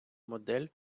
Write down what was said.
модель